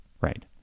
right